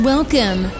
Welcome